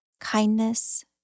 kindness